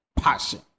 passion